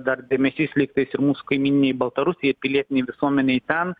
dar dėmesys lygtais ir mūsų kaimyninei baltarusijai ir pilietinei visuomenei ten